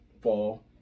fall